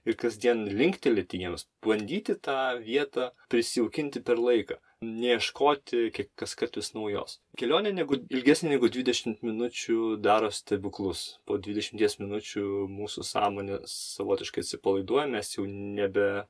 ir kasdien linktelėti jiems bandyti tą vietą prisijaukinti per laiką neieškoti kie kaskart vis naujos kelionė negu ilgesnė negu dvidešim minučių daro stebuklus po dvidešimties minučių mūsų sąmonė savotiškai atsipalaiduoja mes jau nebe